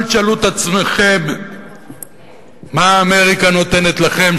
אל תשאלו את עצמכם מה אמריקה נותנת לכם,